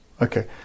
Okay